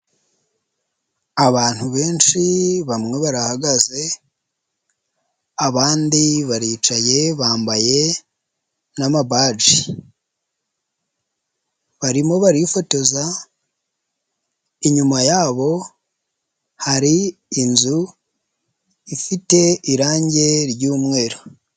Abantu benshi bamwe barahagaze abandi baricaye, bambaye n’ama badge, barimo barifotoza, inyuma yabo har’inzu ifite irangi ry’umweru.